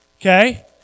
okay